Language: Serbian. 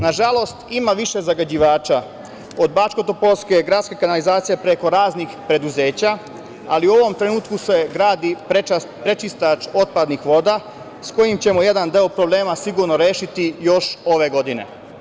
Nažalost, ima više zagađivača, od Bačkotopolske gradske kanalizacije, preko raznih preduzeća, ali u ovom trenutku se gradi prečistač otpadnih voda sa kojim ćemo jedan deo problema sigurno rešiti još ove godine.